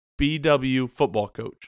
BWFootballCoach